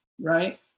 right